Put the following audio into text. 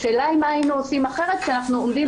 השאלה היא מה היינו עושים אחרת כשאנחנו עומדים